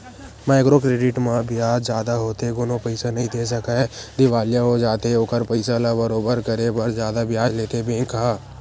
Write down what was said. micro credit म बियाज जादा होथे कोनो पइसा नइ दे सकय दिवालिया हो जाथे ओखर पइसा ल बरोबर करे बर जादा बियाज लेथे बेंक ह